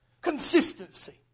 Consistency